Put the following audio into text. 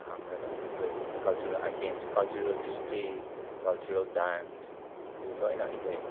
ꯍꯥꯡꯂꯒ ꯑꯩꯈꯣꯏ cultural items cultural display cultural dance ꯑꯗꯨ ꯂꯣꯏꯅ ꯑꯩꯈꯣꯏ